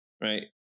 right